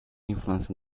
influence